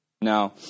Now